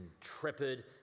intrepid